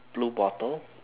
blue bottle